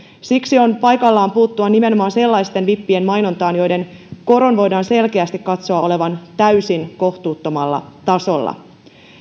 siksi on paikallaan puuttua nimenomaan sellaisten vippien mainontaan joiden koron voidaan selkeästi katsoa olevan täysin kohtuuttomalla tasolla